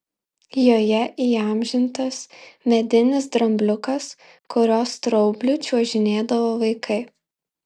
joje įamžintas medinis drambliukas kurio straubliu čiuožinėdavo vaikai